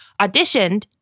auditioned